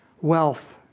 wealth